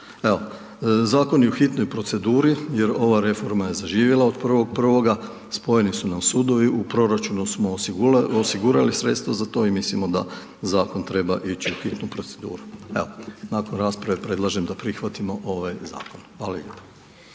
Evo, zakon je u hitnoj proceduri jer ova reforma je zaživjela od 01.01. Spojeni su nam sudovi, u proračunu smo osigurali sredstva za to i mislimo da zakon treba ići u hitnu proceduru. Evo, nakon rasprave predlažem da prihvatimo ovaj zakon. Hvala lijepo.